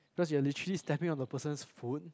because you are literally stepping on a person's foot